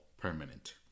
permanent